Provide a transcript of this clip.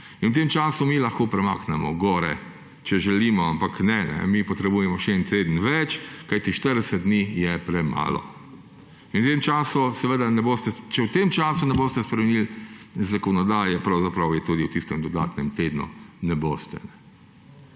in v tem času mi lahko premaknemo gore, če želimo; ampak ne, mi potrebujemo še eden teden več, kajti 40 dni je premalo. Če v tem času ne boste spremenili zakonodaje, je pravzaprav tudi v tistem dodatnem tednu ne boste.